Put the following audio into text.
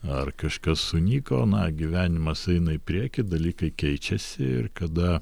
ar kažkas sunyko na gyvenimas eina į priekį dalykai keičiasi ir kada